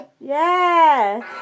Yes